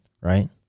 right